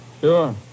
Sure